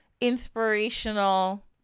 inspirational